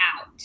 out